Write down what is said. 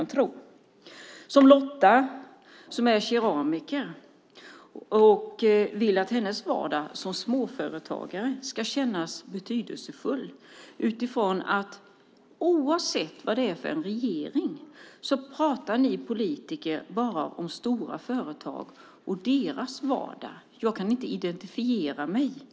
Det berör till exempel Lotta, som är keramiker och vill att hennes vardag som småföretagare ska kännas betydelsefull. Oavsett vad det är för regering pratar ni politiker bara om stora företag och deras vardag, tänker hon: Jag kan inte identifiera mig med det.